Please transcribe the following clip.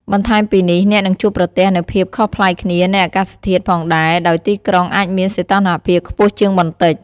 បន្ថែមពីនេះ អ្នកនឹងជួបប្រទះនូវភាពខុសប្លែកគ្នានៃអាកាសធាតុផងដែរដោយទីក្រុងអាចមានសីតុណ្ហភាពខ្ពស់ជាងបន្តិច។